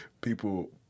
People